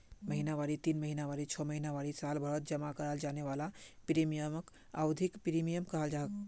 महिनावारी तीन महीनावारी छो महीनावारी सालभरत जमा कराल जाने वाला प्रीमियमक अवधिख प्रीमियम कहलाछेक